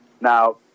Now